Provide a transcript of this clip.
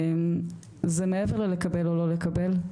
זה מעבר ללקבל או לא לקבל,